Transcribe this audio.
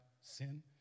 sin